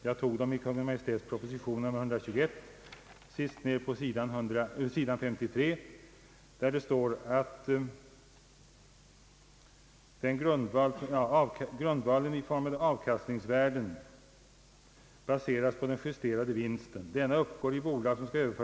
Jag tog dem i Kungl. Maj:ts proposition nr 121, s. 53, där det står: »... på grundval av en avkastningsvärdering baserad på hela den justerade vinsten. Denna uppgår i bolag som skall över Ang.